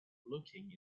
looking